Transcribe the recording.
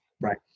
right